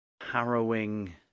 harrowing